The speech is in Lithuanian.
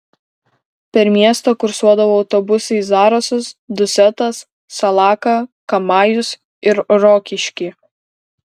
per miestą kursuodavo autobusai į zarasus dusetas salaką kamajus ir rokiškį